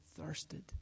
thirsted